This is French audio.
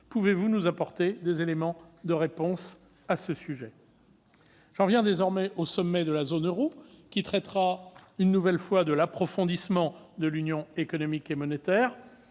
Pouvez-vous nous apporter des éléments de réponse à ce sujet ? J'en viens à présent au sommet de la zone euro, qui traitera, une nouvelle fois, de l'approfondissement de l'Union économique et monétaire.